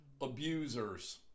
abusers